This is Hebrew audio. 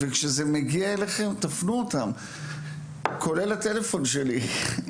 מוזמנים להפנות אותם, כולל לטלפון שלי.